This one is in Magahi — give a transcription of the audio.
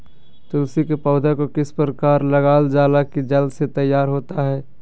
तुलसी के पौधा को किस प्रकार लगालजाला की जल्द से तैयार होता है?